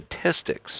statistics